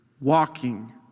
walking